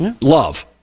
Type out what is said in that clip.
Love